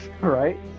Right